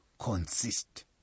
consist